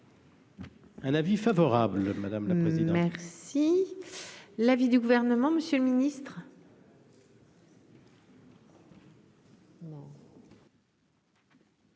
Un avis favorable, madame la présidente. Si l'avis du gouvernement, Monsieur le Ministre.